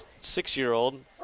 six-year-old